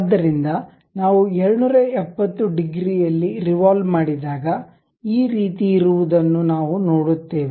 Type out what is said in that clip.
ಆದ್ದರಿಂದ ನಾವು 270 ಡಿಗ್ರಿ ಅಲ್ಲಿ ರಿವಾಲ್ವ್ ಮಾಡಿದಾಗ ಈ ರೀತಿ ಇರುವದನ್ನು ನಾವು ನೋಡುತ್ತೇವೆ